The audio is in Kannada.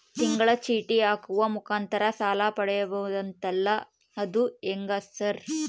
ತಿಂಗಳ ಚೇಟಿ ಹಾಕುವ ಮುಖಾಂತರ ಸಾಲ ಪಡಿಬಹುದಂತಲ ಅದು ಹೆಂಗ ಸರ್?